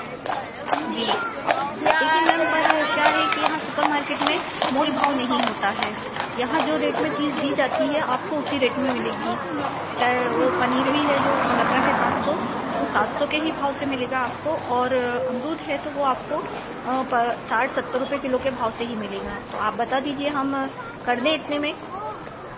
जी देखिए मैम पर क्या है कि यहाँ सुपर मार्केट में मोल भाव नहीं होता है यहाँ जो रेट में चीज़ दी जाती है आपको उसी रेट में मिलेगी चाहे वह पनीर भी है जो चल रहा है सात सौ तो वह सात सौ के भाव से मिलेगा आपको और अमरुद है तो वह आपको साठ सत्तर रुपये किलो के भाव से ही मिलेगा तो आप बता दीजिए हम कर दे इतने में